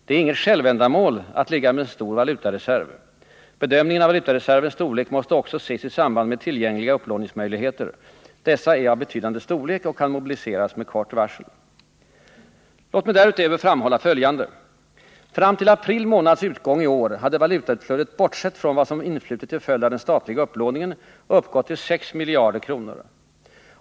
Det är inget självändamål att ligga med en stor valutareserv. Bedömningen av valutareservens storlek måste också ses i samband med tillgängliga upplåningsmöjligheter. Dessa är av betydande storlek och kan mobiliseras med kort varsel. Låt mig därutöver framhålla följande: Fram till april månads utgång i år hade valutaflödet, bortsett från vad som influtit till följd av den statliga upplåningen, uppgått till 6 miljarder kronor.